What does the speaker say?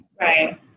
Right